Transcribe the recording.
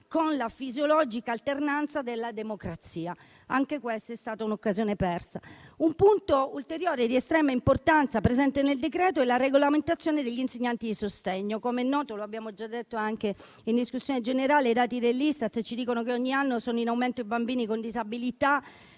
con la fisiologica alternanza della democrazia. Anche questa è stata un'occasione persa. Un punto ulteriore di estrema importanza presente nel decreto è la regolamentazione degli insegnanti di sostegno. Come è noto - lo abbiamo già detto anche in discussione generale - i dati dell'Istat ci dicono che ogni anno sono in aumento i bambini con disabilità: